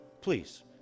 Please